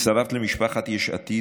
הצטרפת למשפחת יש עתיד,